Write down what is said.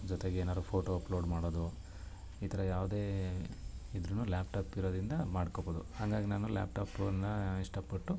ಜೊತೆಗೆ ಏನಾದ್ರೂ photo upload ಮಾಡೋದು ಈ ಥರ ಯಾವುದೇ ಇದ್ದರೂ ಲ್ಯಾಪ್ಟಾಪ್ ಇರೋದರಿಂದ ಮಾಡ್ಕೋಬೋದು ಹಾಗಾಗ್ ನಾನು ಲ್ಯಾಪ್ಟಾಪನ್ನಾ ಇಷ್ಟಪಟ್ಟು